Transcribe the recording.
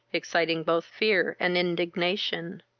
exciting both fear and indignation.